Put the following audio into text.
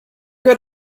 good